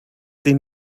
den